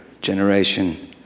generation